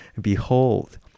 behold